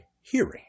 hearing